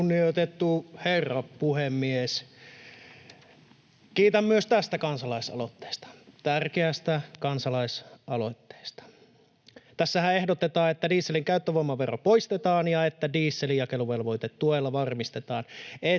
Kunnioitettu herra puhemies! Kiitän myös tästä kansa-laisaloitteesta, tärkeästä kansalaisaloitteesta. Tässähän ehdotetaan, että dieselin käyttövoimavero poistetaan ja että dieselin jakeluvelvoitetuella varmistetaan,